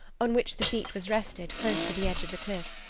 on which the seat was rested, close to the edge of the cliff.